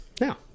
Now